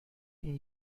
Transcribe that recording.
این